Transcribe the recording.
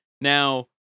now